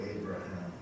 Abraham